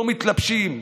לא מתלבשים,